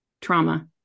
trauma